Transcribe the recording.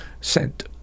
sent